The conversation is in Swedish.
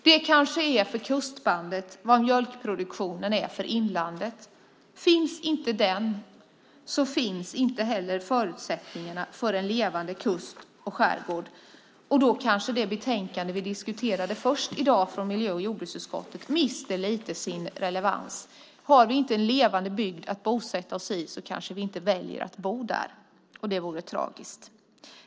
Det kanske är för kustbandet vad mjölkproduktionen är för inlandet. Finns inte detta finns inte heller förutsättningarna för en levande kust och skärgård. Och då kanske det betänkande från miljö och jordbruksutskottet som vi diskuterade först i dag mister lite av sin relevans. Har vi inte en levande bygd att bosätta oss i kanske vi inte väljer att bo där. Det vore tragiskt.